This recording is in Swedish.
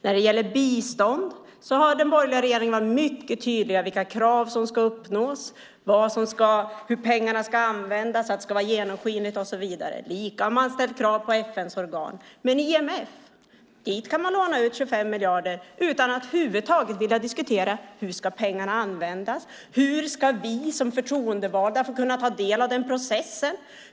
När det gäller bistånd har den borgerliga regeringen varit mycket tydlig med vilka krav som ska uppnås, hur pengarna ska användas, att det ska vara genomskinligt och så vidare. Likaså har man ställt krav på FN:s organ. Men till IMF kan man låna ut 25 miljarder utan att över huvud taget vilja diskutera hur pengarna ska användas, hur vi som förtroendevalda ska kunna ta del av den processen.